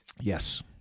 yes